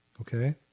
Okay